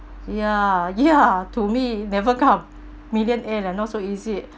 ya ya to me never come millionaire lah not so easy